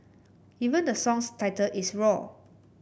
even the song's title is roar